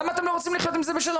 למה אתם לא רוצים לחיות עם זה בשלום?